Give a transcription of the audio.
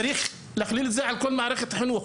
צריך להכליל את זה על כל מערכת החינוך,